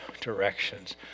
directions